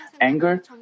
anger